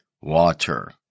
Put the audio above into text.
water